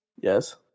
Yes